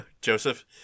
Joseph